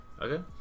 okay